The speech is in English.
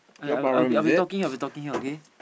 I I I will be I'll be talking I'll be talking out okay